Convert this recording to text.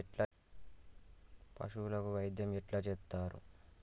పశువులకు వైద్యం ఎట్లా చేత్తరు?